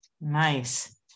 Nice